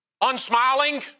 unsmiling